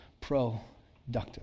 productive